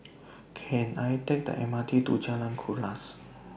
Can I Take The M R T to Jalan Kuras